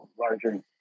larger